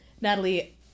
Natalie